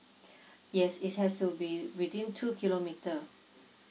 yes it has to be within two kilometre